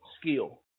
skill